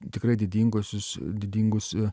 tikrai didinguosius didingus